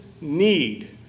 need